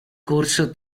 corso